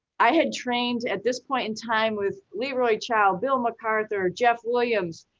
i had trained at this point in time with leroy chiao, bill macarthur, jeff williams,